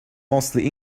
mostly